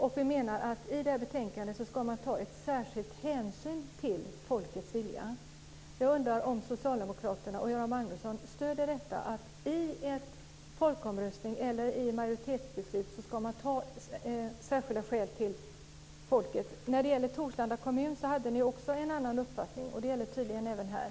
I det här betänkandet menar vi att man ska ta särskild hänsyn till folkets vilja. Jag undrar om socialdemokraterna och Göran Magnusson stöder detta att man i ett majoritetsbeslut ska ta särskild hänsyn till folket. När det gäller Torslanda kommun hade ni också en annan uppfattning. Det gäller tydligen även här.